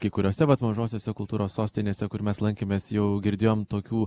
kai kuriose vat mažosiose kultūros sostinėse kur mes lankėmės jau girdėjom tokių